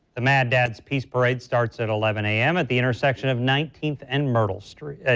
ah mad dads peace parade starts at eleven a m. at the intersection of nineteenth and myrtle street. yeah